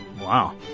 Wow